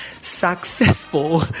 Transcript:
successful